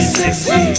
sexy